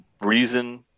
reason